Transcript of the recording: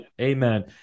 amen